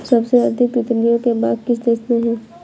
सबसे अधिक तितलियों के बाग किस देश में हैं?